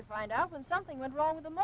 to find out when something went wrong with